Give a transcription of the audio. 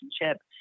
relationship